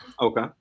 Okay